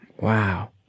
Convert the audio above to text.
Wow